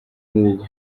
nk’ubu